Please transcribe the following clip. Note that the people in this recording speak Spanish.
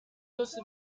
dos